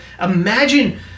Imagine